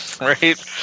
right